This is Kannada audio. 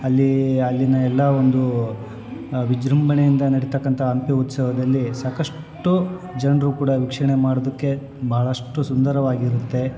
ಅಲ್ಲೀ ಅಲ್ಲಿನ ಎಲ್ಲ ಒಂದು ವಿಜೃಂಭಣೆಯಿಂದ ನಡಿತಕ್ಕಂಥ ಹಂಪಿ ಉತ್ಸವದಲ್ಲಿ ಸಾಕಷ್ಟು ಜನರು ಕೂಡ ವೀಕ್ಷಣೆ ಮಾಡೋದಕ್ಕೆ ಭಾಳಷ್ಟು ಸುಂದರವಾಗಿ ಇರುತ್ತೆ